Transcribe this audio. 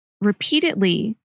repeatedly